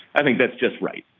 i think that's just right.